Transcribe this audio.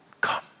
come